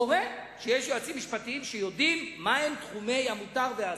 קורה שיש יועצים משפטיים שיודעים מהם תחומי המותר והאסור,